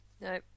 No